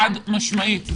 חד משמעית.